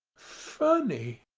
funny,